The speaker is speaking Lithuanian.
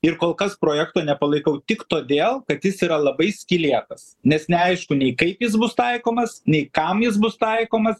ir kol kas projekto nepalaikau tik todėl kad jis yra labai skylėtas nes neaišku nei kaip jis bus taikomas nei kam jis bus taikomas